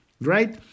Right